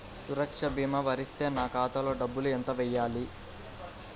సురక్ష భీమా వర్తిస్తే నా ఖాతాలో డబ్బులు ఎంత వేయాలి?